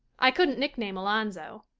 i couldn't nickname alonzo.